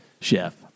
chef